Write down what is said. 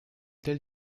telle